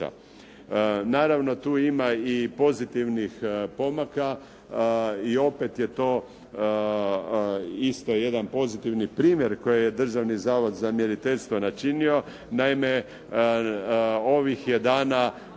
Naravno tu ima i pozitivnih pomaka i opet je to isto jedan pozitivni primjer koji je Državni zavod za mjeriteljstvo načinio. Naime ovih je dana